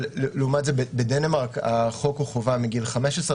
לעומת זאת בדנמרק החוק חובה מגיל 15,